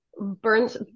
Burns